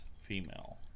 female